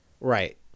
Right